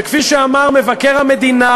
וכפי שאמר מבקר המדינה